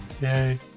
Yay